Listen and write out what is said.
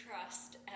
trust